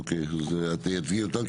אוקיי, אז את תייצגי אותם.